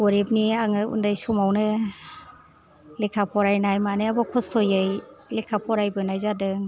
गरिबनि आङो उन्दै समावनो लेखा फरायनाय मानायाबो खस्थ'यै लेखा फरायबोनाय जादों